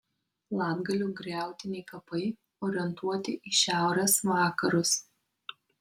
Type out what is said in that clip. latgalių griautiniai kapai orientuoti į šiaurės vakarus